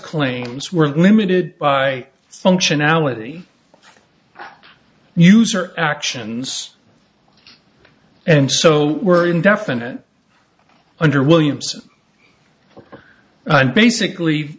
claims were limited by functionality news or actions and so we're indefinite under williams and basically